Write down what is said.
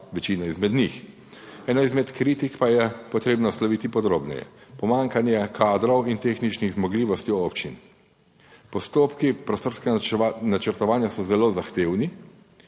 večina izmed njih, eno izmed kritik pa je potrebno nasloviti podrobneje. Pomanjkanje kadrov in tehničnih zmogljivosti občin, postopki prostorskega načrtovanja so zelo zahtevni.